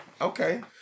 Okay